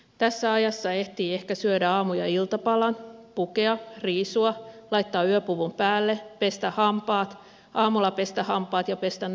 tässä ajassa ehtii ehkä syödä aamu ja iltapalan pukea riisua laittaa yöpuvun päälle pestä hampaat aamulla pestä hampaat ja pestä naaman